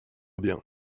bien